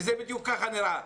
וזה בדיוק ככה נראה.